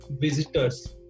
visitors